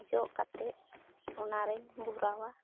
ᱡᱚᱜ ᱠᱟᱛᱮᱫ ᱚᱱᱟᱨᱤᱧ ᱵᱷᱚᱨᱟᱣᱟ